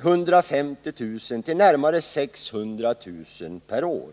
150 000 till närmare 600 000 per år.